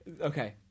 Okay